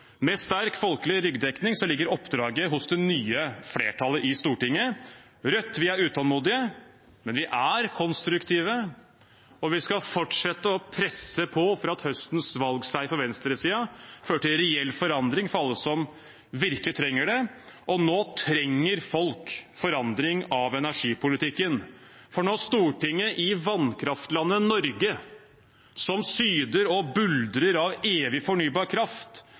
Med sterk folkelig ryggdekning ligger oppdraget hos det nye flertallet i Stortinget. I Rødt er vi utålmodige, men vi er konstruktive, og vi skal fortsette å presse på for at høstens valgseier for venstresiden fører til reell forandring for alle som virkelig trenger det. Nå trenger folk forandring av energipolitikken, for når Stortinget i vannkraftlandet Norge, som syder og buldrer av evig fornybar kraft,